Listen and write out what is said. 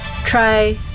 try